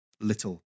little